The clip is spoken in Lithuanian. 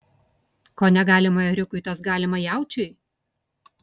ko negalima ėriukui tas galima jaučiui